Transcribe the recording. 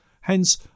Hence